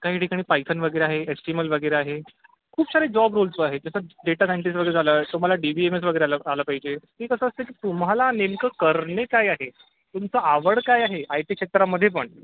काही ठिकाणी पायथन वगैरे आहे एच टी एम एल वगैरे आहे खूप सारे जॉब रोल्स आहेत जसं डेटा ॲनॅलिसिस वगैरे झालं तुम्हाला डी बी एम एस वगैरे आलं पहिजे हे कसं असते की तुम्हाला नेमकं करणे काय आहे तुमचं आवड काय आहे आय टी क्षेत्रामध्ये पण